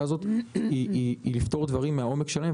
הזאת היא לפתור דברים מן העומק שלהם,